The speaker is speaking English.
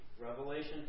Revelation